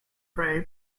pray